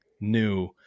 new